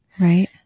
Right